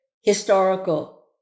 historical